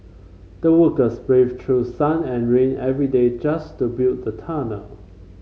the workers brave through sun and rain every day just to build the tunnel